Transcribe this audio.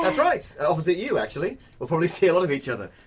that's right. opposite you, actually. probably see a lot of each other!